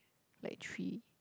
like three